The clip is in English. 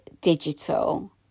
Digital